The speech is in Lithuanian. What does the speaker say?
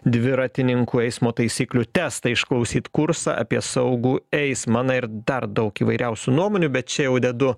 dviratininkų eismo taisyklių testą išklausyt kursą apie saugų eismą na ir dar daug įvairiausių nuomonių bet čia jau dedu